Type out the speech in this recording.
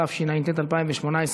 התשע"ט 2018,